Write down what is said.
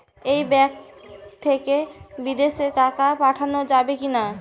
এই ব্যাঙ্ক থেকে বিদেশে টাকা পাঠানো যাবে কিনা?